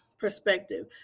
perspective